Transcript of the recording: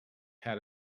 had